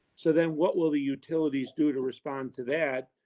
so then what will the utilities do to respond to that?